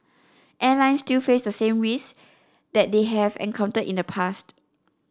airlines still face the same risk that they have encountered in the past